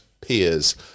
peers